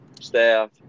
staff